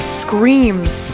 screams